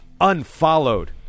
unfollowed